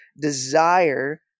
desire